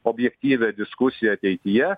objektyvią diskusiją ateityje